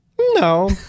No